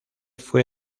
fue